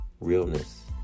realness